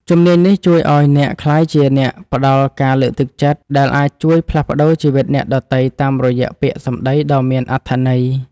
ជំនាញនេះជួយឱ្យអ្នកក្លាយជាអ្នកផ្ដល់ការលើកទឹកចិត្ត ដែលអាចជួយផ្លាស់ប្តូរជីវិតអ្នកដទៃតាមរយៈពាក្យសម្ដីដ៏មានអត្ថន័យ។